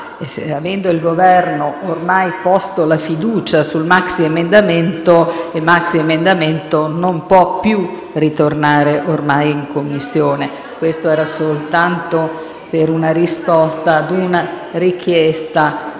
avendo il Governo ormai posto la fiducia sul maxiemendamento, come lei sa, il maxiemendamento ormai non può più tornare in Commissione. Questo è soltanto per una risposta ad una richiesta